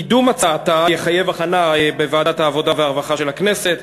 קידום ההצעה יחייב הכנה בוועדת העבודה והרווחה של הכנסת,